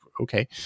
okay